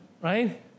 right